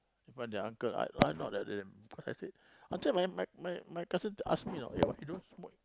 in front of their uncle I not like them I said until my my my cousin ask me eh why you don't want smoke